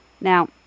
now